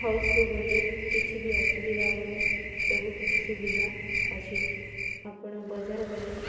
ହାଉସ୍କୁ ଗଲେ କିଛି ବି ଅସୁବିଧା ହେବନି ସବୁ କିିଛି ସୁବିଧା ଅଛି ଆପଣ ବଜାର ଗଲେ